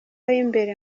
w’imbere